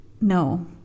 No